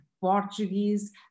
Portuguese